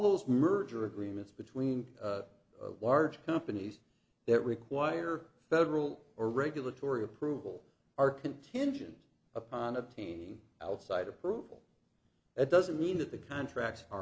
those merger agreements between large companies that require federal or regulatory approval are contingent upon obtaining outside approval it doesn't mean that the contracts are